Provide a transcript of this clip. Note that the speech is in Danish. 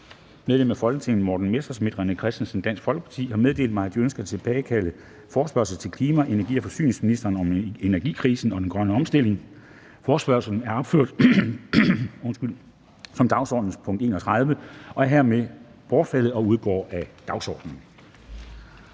Medlemmer af Folketinget Morten Messerschmidt (DF) og René Christensen (DF) har meddelt mig, at de ønsker at tilbagetage forespørgsel til klima-, energi- og forsyningsministeren om energikrisen og den grønne omstilling. (Forespørgsel nr. F 45). Forespørgslen, der er opført som dagsordenens punkt 31, er hermed bortfaldet og udgår af dagsordenen.